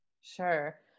Sure